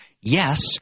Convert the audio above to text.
yes